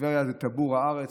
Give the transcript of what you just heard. טבריה זה טבור הארץ,